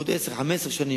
בעוד 10 15 שנה,